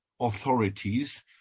authorities